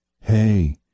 hey